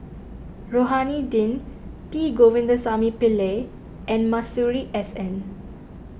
Rohani Din P Govindasamy Pillai and Masuri S N